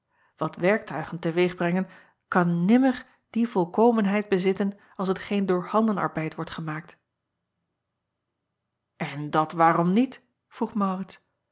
at werktuigen te weeg brengen kan nimmer die volkomenheid bezitten als hetgeen door handenarbeid wordt gemaakt n dat waarom niet vroeg